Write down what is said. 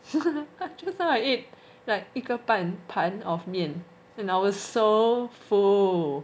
just now I ate like 一个半盘 of 面 and I was so full